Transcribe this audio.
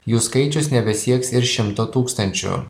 jų skaičius nebesieks ir šimto tūkstančių